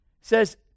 says